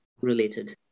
related